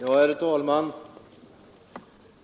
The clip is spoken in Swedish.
Herr talman!